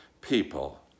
people